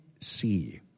see